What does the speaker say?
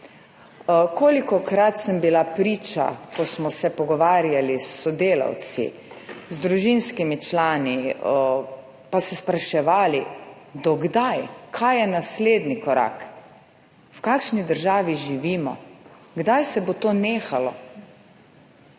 Kolikokrat sem bila priča, ko smo se pogovarjali s sodelavci, z družinskimi člani pa se spraševali, do kdaj, kaj je naslednji korak, v kakšni državi živimo, kdaj se bo to nehalo.